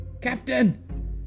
Captain